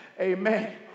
Amen